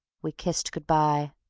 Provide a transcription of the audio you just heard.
we kissed good-by,